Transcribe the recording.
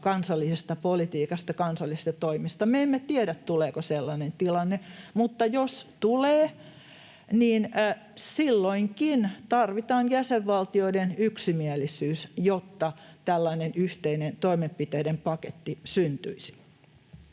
kansallisesta politiikasta, kansallisista toimista. Me emme tiedä, tuleeko sellainen tilanne, mutta jos tulee, niin silloinkin tarvitaan jäsenvaltioiden yksimielisyys, jotta tällainen yhteinen toimenpiteiden paketti syntyisi.